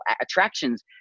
attractions